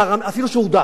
אפילו כשהוא הודח.